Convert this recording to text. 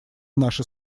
наши